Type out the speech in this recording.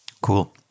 Cool